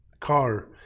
car